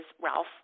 Ralph